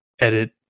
edit